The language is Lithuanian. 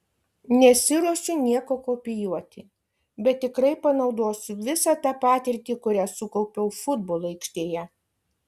nesiruošiu nieko kopijuoti bet tikrai panaudosiu visą tą patirtį kurią sukaupiau futbolo aikštėje